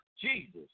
Jesus